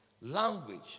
language